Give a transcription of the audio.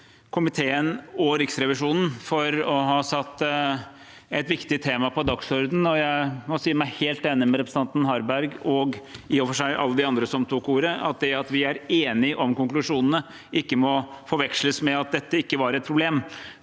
komiteen og Riksrevisjonen for å ha satt et viktig tema på dagsordenen. Jeg må si meg helt enig med representanten Harberg og i og for seg alle de andre som tok ordet, i at det at vi er enige om konklusjonene, ikke må forveksles med at dette ikke var et problem.